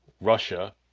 Russia